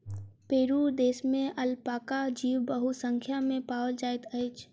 Peru देश में alpaca जीव बहुसंख्या में पाओल जाइत अछि